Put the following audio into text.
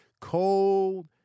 Cold